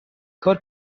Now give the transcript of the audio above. کار